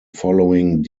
following